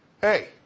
hey